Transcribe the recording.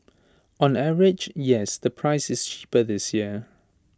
on average yes the price is cheaper this year